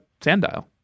Sandile